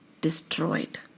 destroyed